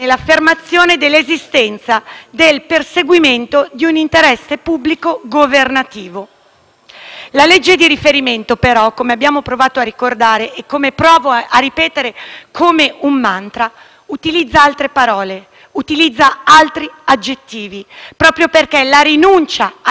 La legge di riferimento, però, come abbiamo provato a ricordare e come provo a ripetere come un mantra, utilizza altre parole e altri aggettivi, proprio perché la rinuncia alla verifica giurisdizionale può essere attuata solo in nome di interessi